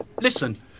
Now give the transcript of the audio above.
Listen